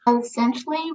Essentially